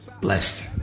Blessed